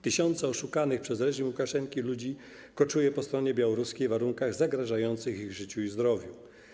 Tysiące oszukanych przez reżim Łukaszenki ludzi koczuje po stronie białoruskiej w warunkach zagrażających ich życiu i zdrowiu.